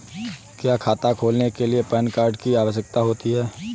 क्या खाता खोलने के लिए पैन कार्ड की आवश्यकता होती है?